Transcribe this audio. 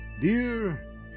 Dear